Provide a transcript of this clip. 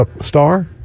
star